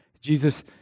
Jesus